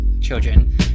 children